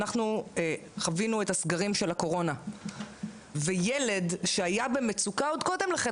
אנחנו חווינו את הסגרים של הקורונה וילד שהיה במצוקה עוד קודם לכן,